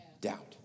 doubt